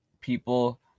people